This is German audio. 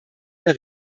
der